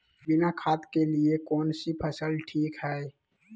बिना खाद के लिए कौन सी फसल ठीक है?